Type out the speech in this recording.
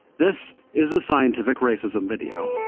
this is the scientific racism video.